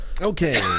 Okay